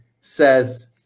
says